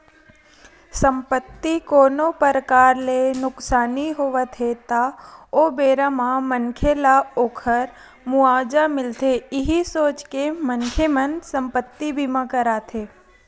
संपत्ति कोनो परकार ले नुकसानी होवत हे ता ओ बेरा म मनखे ल ओखर मुवाजा मिलथे इहीं सोच के मनखे मन संपत्ति बीमा कराथे